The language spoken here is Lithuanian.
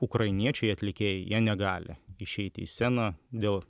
ukrainiečiai atlikėjai jie negali išeiti į sceną dėl